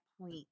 point